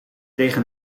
tegen